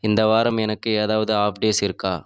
இந்த வாரம் எனக்கு ஏதாவது ஆஃப் டேஸ் இருக்கா